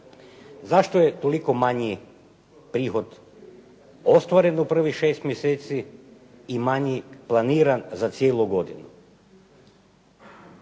Zašto je toliko manji prihod ostvaren u prvih šest mjeseci i manji planiran za cijelu godinu?